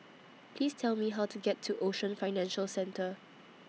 Please Tell Me How to get to Ocean Financial Centre